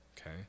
Okay